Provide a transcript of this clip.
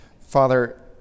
Father